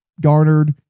garnered